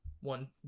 one